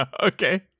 Okay